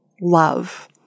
love